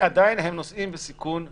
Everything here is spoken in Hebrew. עדיין הם נושאים בסיכון עודף.